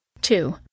Two